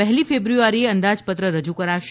પહેલી ફેબ્રુઆરીએ અંદાજપત્ર રજુ કરાશે